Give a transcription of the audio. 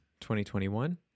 2021